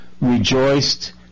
rejoiced